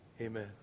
Amen